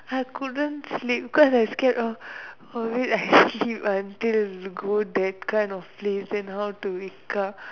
I couldn't sleep cause I scared of of it I sleep until go that kind of place then how to wake up